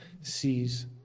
sees